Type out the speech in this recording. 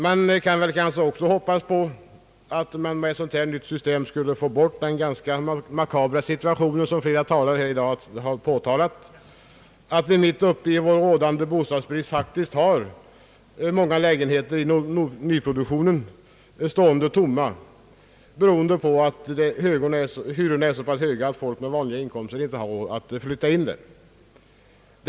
Man kanske också kan hoppas på att vi med ett sådant nytt system skulle få bort den ganska makabra situation som flera talare i dag har påtalat, nämligen att vi mitt uppe i vår rådande bostadsbrist faktiskt har många lägenheter i nyproduktionen stående tomma beroende på att hyrorna är så höga att folk med vanliga inkomster inte har råd att flytta in i dessa lägenheter.